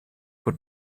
por